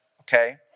Okay